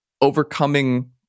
overcoming